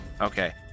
Okay